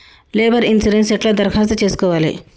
Labour insurance ఎట్ల దరఖాస్తు చేసుకోవాలే?